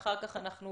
לאחר מכן נסכם.